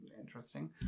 interesting